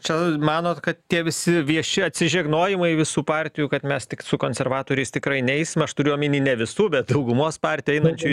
čia manot kad tie visi vieši atsižegnojimai visų partijų kad mes tik su konservatoriais tikrai neisim aš turiu omeny ne visų bet daugumos partijų einančių į